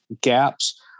gaps